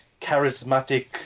charismatic